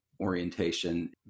orientation